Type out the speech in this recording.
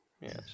yes